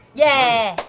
yeah,